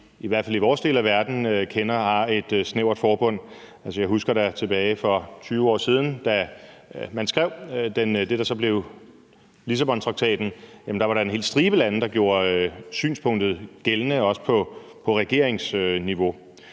i hvert fald i vores del af verden kender. Jeg husker da tilbage for 20 år siden, at der, da man skrev det, der så blev Lissabontraktaten, var en hel stribe lande, der gjorde synspunktet gældende, også på regeringsniveau.